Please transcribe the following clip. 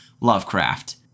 Lovecraft